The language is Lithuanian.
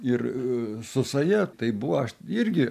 ir su saja tai buvo aš irgi